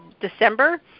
December